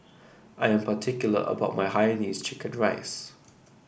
I am particular about my Hainanese Chicken Rice